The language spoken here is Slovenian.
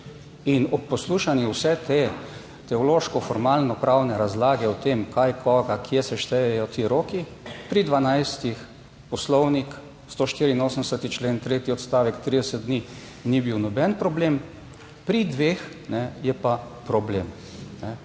In ob poslušanju vse te teološko formalno pravne razlage o tem, kaj, koga, kje se štejejo ti roki, pri 12. Poslovnik, 184. člen, tretji odstavek, 30 dni ni bil noben problem, pri dveh je pa problem,